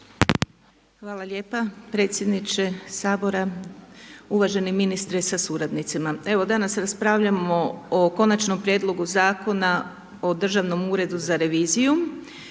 Hvala lijepa predsjedniče Sabora. Uvaženi ministre sa suradnicima. Evo, danas raspravljamo o Konačnom prijedlogu Zakona o Državnom uredu za reviziju.